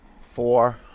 four